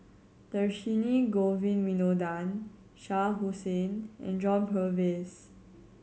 Dhershini Govin Winodan Shah Hussain and John Purvis